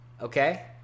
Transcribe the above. Okay